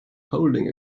holding